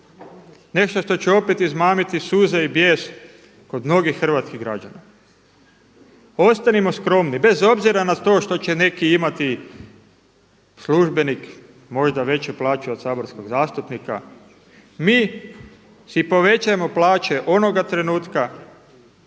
nešto što će pet izmamiti suze i bijes, kod mnogih hrvatskih građana. Ostanimo skromni bez obzira na to što će neki imati službenik možda veću plaću od saborskog zastupnika, mi si povećajemo plaće onoga trenutka,